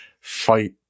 fight